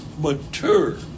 mature